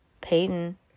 Peyton